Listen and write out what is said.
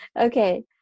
Okay